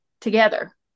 together